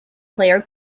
player